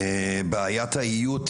בעיית האיות,